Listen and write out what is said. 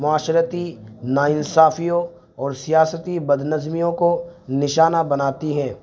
معاشرتی ناانصافیوں اور سیاستی بدنظمیوں کو نشانہ بناتی ہے